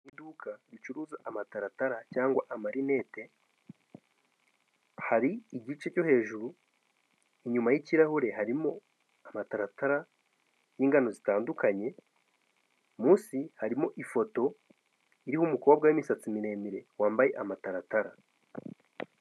Iduka ricuruza amataratara cyangwa amarinete, hari igice cyo hejuru inyuma y'ikirahure harimo amataratara y'ingano zitandukanye, munsi harimo ifoto iriho umukobwa w'imisatsi miremire wambaye amataratara.